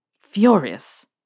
Furious